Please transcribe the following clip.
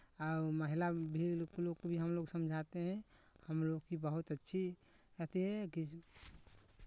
आ महिला भी उस लोग को भी हमलोग समझाते हैं हमलोग की बहुत अच्छी अथि है कि